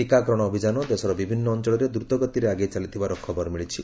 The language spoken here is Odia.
ଟିକାକରଣ ଅଭିଯାନ ଦେଶର ବିଭିନ୍ନ ଅଞ୍ଚଳରେ ଦ୍ରତଗତିରେ ଆଗେଇ ଚାଲିଥିବାର ଖବର ମିଳିଛି